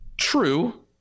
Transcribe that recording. True